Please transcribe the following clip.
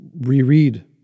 reread